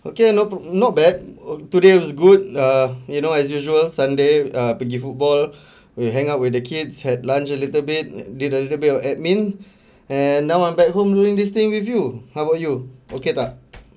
okay no not bad today was good uh you know as usual sunday err pergi football eh hang out with the kids had lunch a little bit did a little bit of admin and now I'm back home doing this thing with you how about you okay tak